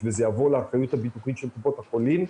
וזה יעבור לאחריות הביטוחית של קופות החולים,